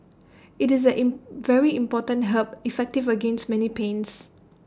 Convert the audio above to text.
IT is A in very important herb effective against many pains